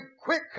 quick